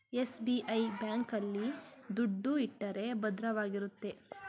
SBI bank ಆಲ್ಲಿ ದುಡ್ಡು ಇಟ್ಟರೆ ಭದ್ರವಾಗಿರುತ್ತೆ